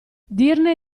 dirne